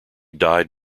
died